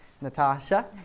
Natasha